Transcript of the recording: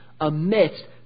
amidst